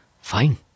fine